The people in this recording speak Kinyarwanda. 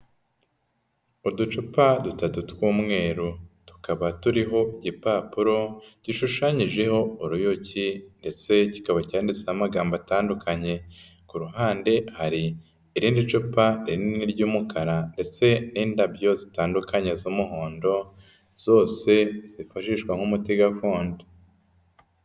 Uducupa dutatu tw'umweru, tukaba turiho igipapuro gishushanyijeho uruyuki ndetse kikaba cyanditseho amagambo atandukanye, ku ruhande hari irindi cupa rinini ry'umukara ndetse n'indabyo zitandukanye z'umuhondo, zose zifashishwa nk'umuti gakondo.